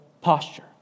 posture